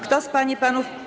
Kto z pań i panów.